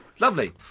Lovely